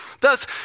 Thus